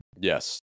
Yes